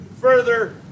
Further